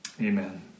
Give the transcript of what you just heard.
Amen